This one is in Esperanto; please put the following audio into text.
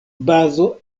bazo